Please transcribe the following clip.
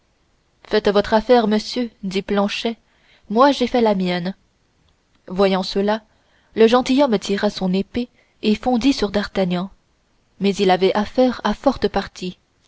faites votre affaire monsieur dit planchet moi j'ai fait la mienne voyant cela le gentilhomme tira son épée et fondit sur d'artagnan mais il avait affaire à forte partie